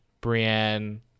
Brienne